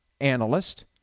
analyst